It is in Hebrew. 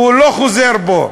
והוא לא חוזר בו.